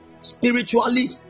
spiritually